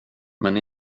men